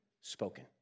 spoken